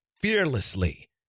fearlessly